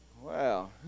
Wow